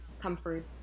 comfort